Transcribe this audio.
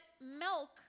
milk